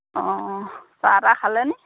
অঁ চাহ তাহ খালেনে